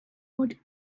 what